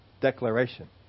declaration